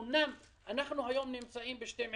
אמנם אנחנו היום נמצאים ב-12%,